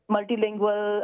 Multilingual